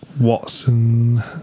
Watson